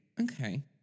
Okay